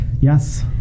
Yes